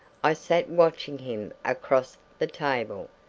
i sat watching him across the table.